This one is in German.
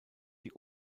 die